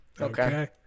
Okay